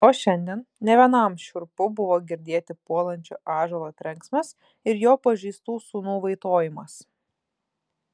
o šiandien ne vienam šiurpu buvo girdėti puolančio ąžuolo trenksmas ir jo pažeistų sūnų vaitojimas